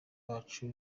bacu